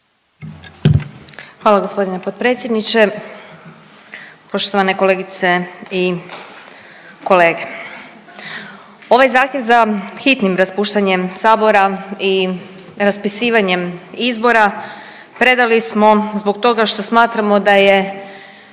Hvala g. potpredsjedniče. Poštovane kolegice i kolege. Ovaj zahtjev za hitnim raspuštanjem Sabora i raspisivanjem izbora predali smo zbog toga što smatramo da je